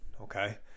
Okay